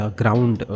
ground